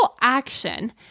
action